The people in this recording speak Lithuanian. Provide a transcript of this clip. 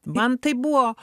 man tai buvo